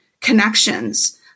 connections